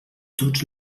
tots